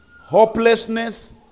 hopelessness